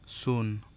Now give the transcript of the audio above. ᱥᱩᱱ